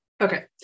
Okay